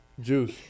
juice